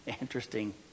Interesting